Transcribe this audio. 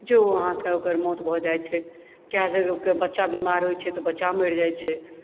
जे ओ आहाँके ओकर मौत भऽ जाइत छैक कए जगहके बच्चा बीमार होइ छै तऽ बच्चा मरि जाइ छै